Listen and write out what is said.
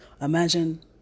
imagine